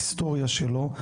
היסטוריה שלו.